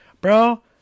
Bro